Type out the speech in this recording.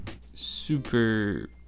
super